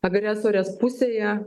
agresorės pusėje